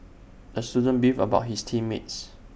the student beefed about his team mates